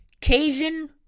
Cajun